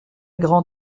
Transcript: grand